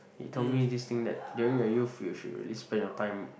he told me this thing that during your youth you should really spend your time